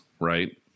right